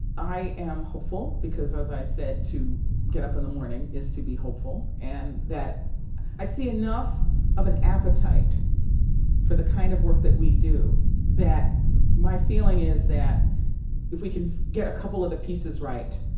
i am hopeful, because as i said to get up in the morning is to be hopeful. and that i see enough of an appetite for the kind of work that we do that my feeling is that if we can get a couple of the pieces right,